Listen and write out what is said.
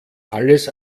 alles